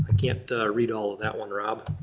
can't read all of that one rob.